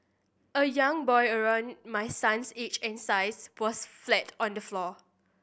a young boy around my son's age and size was flat on the floor